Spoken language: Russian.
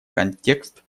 контекст